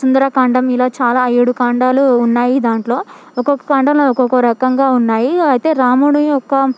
సుందరకాండం ఇలా చాలా ఏడు కాండాలు ఉన్నాయి దాంట్లో ఒక్కొక్క కాండంలో ఒక్కొక్క రకంగా ఉన్నాయి అయితే రాముడు యొక్క